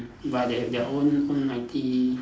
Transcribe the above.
but they have their own own I_T